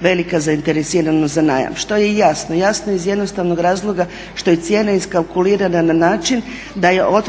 velika zainteresiranost za najam, što je i jasno. Jasno iz jednostavnog razloga što i cijena iskalkulirana na način da